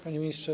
Panie Ministrze!